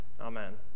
Amen